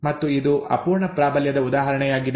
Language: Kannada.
ಮತ್ತು ಇದು ಅಪೂರ್ಣ ಪ್ರಾಬಲ್ಯದ ಉದಾಹರಣೆಯಾಗಿದೆ